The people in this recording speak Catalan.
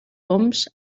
oms